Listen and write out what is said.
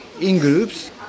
In-groups